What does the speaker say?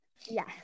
yes